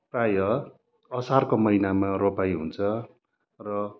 प्राय असारको महिनामा रोपाइ हुन्छ र